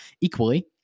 Equally